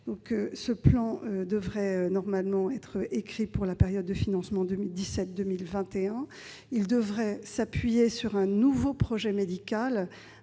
Ce plan devrait être prêt pour la période de financement 2017-2021 et s'appuyer sur un nouveau projet médical